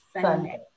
Sunday